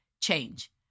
change